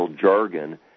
jargon